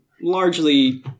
largely